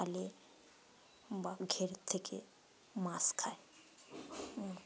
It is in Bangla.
খালে বা ঘেরের থেকে মাছ খায়